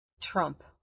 Trump